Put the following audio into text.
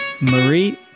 Marie